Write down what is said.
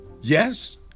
Yes